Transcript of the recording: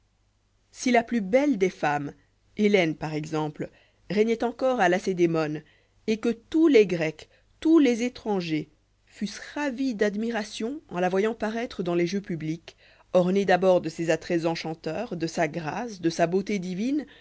si la plus belle des femmes hélène par exemple régnoit encore àlacédémone et que tous les grecs tous lés étrangers fussent ravis d'admiration en la voyant paraître dans les jeux publics ornés d'abord de la fable publics ornée d'abord dé ses attraits enchanteurs de sa grâce de sa beauté divine